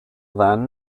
then